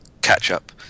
catch-up